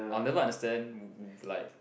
I'll never understand wh~ wh~ like